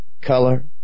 color